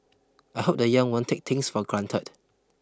I hope the young won't take things for granted